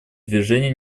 движения